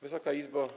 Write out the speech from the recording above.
Wysoka Izbo!